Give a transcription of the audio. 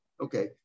okay